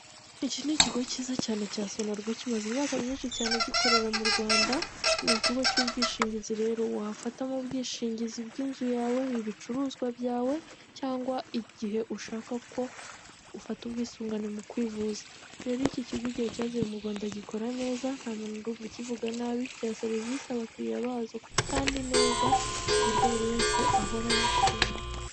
Iki ni ikigo cyiza cyane cya sonarwa kimaze imyaka myinshi cyane gikorera mu Rwanda, ni ikigo cy'ubwishingizi rero wafatamo ubwishingizi bw'inzu yawe, ibicuruzwa byawe cyangwa igihe ushaka ko ufata ubwisungane mu kwivuza, rero iki kigo igihe cyaziye mu Rwanda gikora neza nta muntu ndumva akivuga nabi giha serivisi abakiriya bacyo kandi neza ku buryo buri wese ahora yishimye.